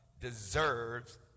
deserves